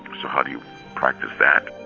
so how do you practice that?